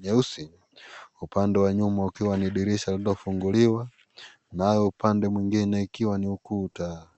nyeusi. Upande wa nyuma ukiwa ni dirisha lililofunguliwa naye upande mwingine ikiwa ni ukuta.